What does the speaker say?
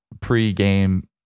pre-game